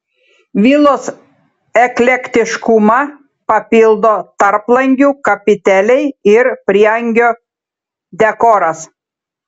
vilos eklektiškumą papildo tarplangių kapiteliai ir prieangio dekoras